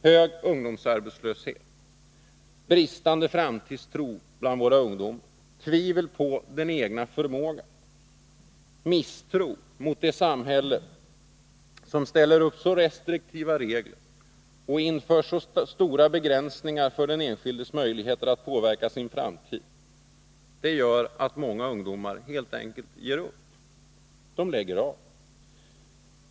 Hög ungdomsarbetslöshet, bristande framtidstro bland våra ungdomar, tvivel på den egna förmågan, misstro mot det samhälle som ställer upp så restriktiva regler och inför så stora begränsningar för den enskildes möjligheter att påverka sin framtid gör att många ungdomar helt enkelt ger upp.